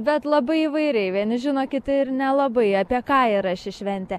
bet labai įvairiai vieni žino kiti ir nelabai apie ką yra ši šventė